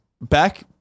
back